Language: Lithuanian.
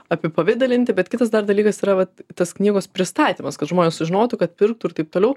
apipavidalinti bet kitas dar dalykas yra vat tas knygos pristatymas kad žmonės sužinotų kad pirktų ir taip toliau